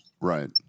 Right